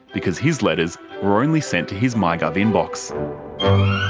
because his letters were only sent to his mygov inbox.